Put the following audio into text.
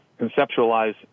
conceptualize